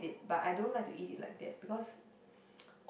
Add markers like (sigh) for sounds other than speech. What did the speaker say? but I don't like to eat it like that because (noise)